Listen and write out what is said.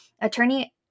Attorney